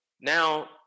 Now